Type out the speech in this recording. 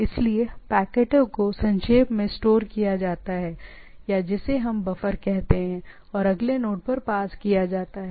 इसलिए पैकेटों को संक्षेप में स्टोर किया जाता है या जिसे हम बफर कहते हैं और अगले नोड पर पास किया जाता है